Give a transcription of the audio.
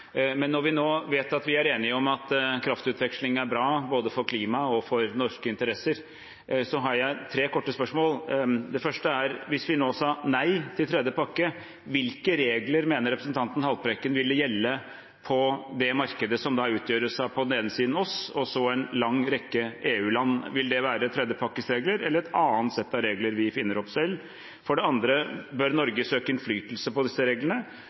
Men når vi nå vet at vi er enige om at kraftutveksling er bra både for klimaet og for norske interesser, har jeg tre korte spørsmål. Det første er: Hvis vi nå sier nei til tredje pakke, hvilke regler mener representanten Haltbrekken ville gjelde på det markedet som da utgjøres av på den ene siden oss og på den andre siden en lang rekke EU-land? Vil det være tredje pakkes regler, eller vil det være et annet sett av regler som vi finner opp selv? For det andre: Bør Norge søke innflytelse på disse reglene?